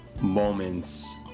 moments